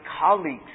colleagues